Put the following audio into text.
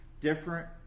different